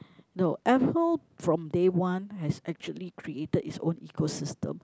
no Apple from day one has actually created it's own eco system